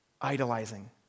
idolizing